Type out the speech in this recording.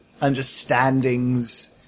understandings